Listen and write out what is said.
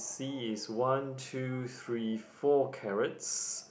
see is one two three four carrots